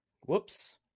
Whoops